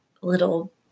little